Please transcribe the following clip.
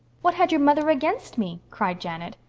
what had your mother against me? cried janet.